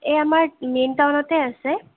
এই আমাৰ মেইন টাউনতে আছে